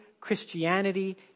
Christianity